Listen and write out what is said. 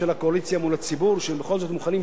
שהם בכל זאת מוכנים לשקול איזה צעדים